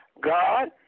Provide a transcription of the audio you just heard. God